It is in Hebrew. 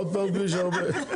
עוד פעם כביש 40?